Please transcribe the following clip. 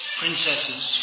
princesses